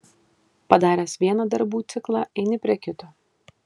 padaręs vieną darbų ciklą eini prie kito